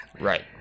Right